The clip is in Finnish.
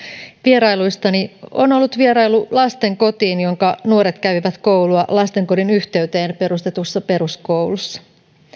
vierailuistani on ollut vierailu lastenkotiin jonka nuoret kävivät koulua lastenkodin yhteyteen perustetussa peruskoulussa